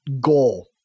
goal